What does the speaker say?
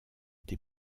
des